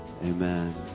Amen